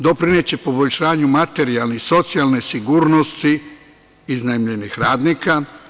Doprineće poboljšanju materijalne i socijalne sigurnosti iznajmljenih radnika.